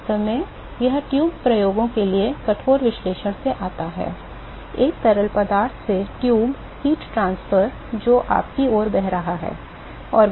वास्तव में यह ट्यूब प्रयोगों के एक कठोर विश्लेषण से आता है एक तरल पदार्थ से ट्यूब हीट ट्रांसफर जो आपकी ओर बह रहा है